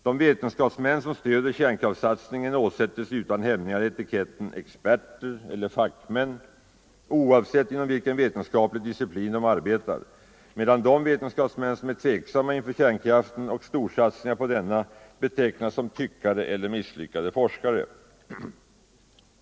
De vetenskapsmän som stöder kärnkraftssatsningen åsättes utan hämningar etiketten ”experter” eller ”fackmän” oavsett inom vilken vetenskaplig diciplin de arbetar, medan de vetenskapsmän som är tveksamma inför kärnkraften och storsatsningar på denna betecknas som ”tyckare” eller ”misslyckade forskare”.